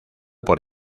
por